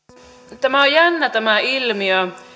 puhemies tämä on jännä tämä ilmiö